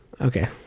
Okay